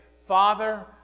Father